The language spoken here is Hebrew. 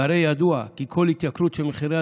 והרי ידוע כי כל התייקרות של מחירי